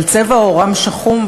אבל צבע עורם שחום,